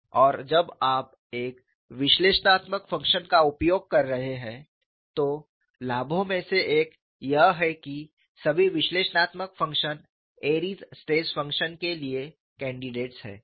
और जब आप एक विश्लेषणात्मक फ़ंक्शन का उपयोग कर रहे हैं तो लाभों में से एक यह है कि सभी विश्लेषणात्मक function Airy's stress function Airy's stress function के लिए कैंडिडेट्स हैं